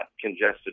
congested